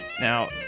Now